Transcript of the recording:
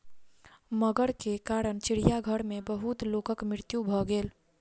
मगर के कारण चिड़ियाघर में बहुत लोकक मृत्यु भ गेल